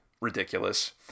ridiculous